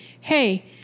hey